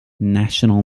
national